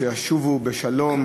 ישובו בשלום,